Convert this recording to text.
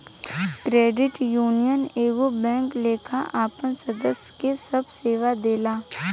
credit union एगो bank लेखा आपन सदस्य के सभ सेवा देला